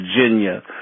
Virginia